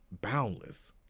boundless